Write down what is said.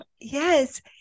yes